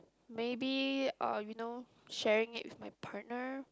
maybe uh you know sharing it with my partner